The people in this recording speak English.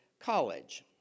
college